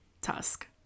Tusk